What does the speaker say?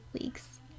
weeks